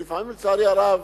שלפעמים, לצערי הרב,